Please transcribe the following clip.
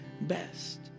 best